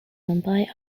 mumbai